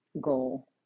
goal